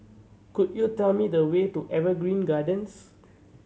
could you tell me the way to Evergreen Gardens